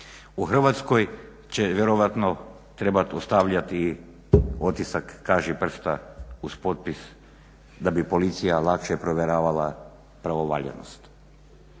U Hrvatskoj će vjerojatno trebati ostavljati otisak kažiprsta uz potpis da bi policija lakše provjeravala pravovaljanost.